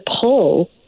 pull